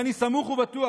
שאני סמוך ובטוח,